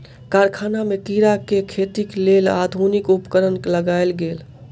कारखाना में कीड़ा के खेतीक लेल आधुनिक उपकरण लगायल गेल